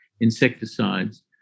insecticides